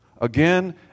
again